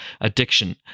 addiction